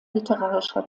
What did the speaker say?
literarischer